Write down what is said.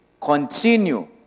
continue